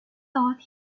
thought